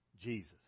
Jesus